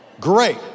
Great